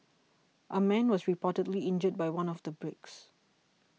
a man was reportedly injured by one of the bricks